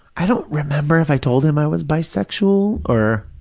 i don't remember if i told him i was bisexual or,